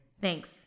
Thanks